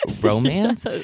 romance